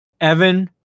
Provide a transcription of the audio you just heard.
Evan